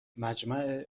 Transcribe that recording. مجمع